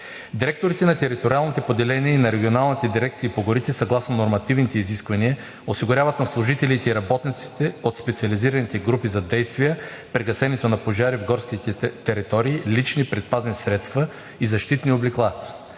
Директорите на териториалните поделения и на регионалните дирекции по горите съгласно нормативните изисквания, осигуряват на служителите и работниците от специализираните групи за действия при гасенето на пожари в горските територии лични предпазни средства и защитни облекла.